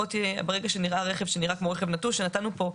פה ברגע שנמצא רכב שנראה כמו רכב נטוש נתנו כאן